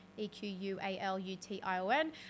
E-Q-U-A-L-U-T-I-O-N